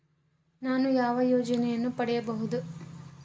ನಾನು ಯಾವ ಯೋಜನೆಯನ್ನು ಪಡೆಯಬಹುದು?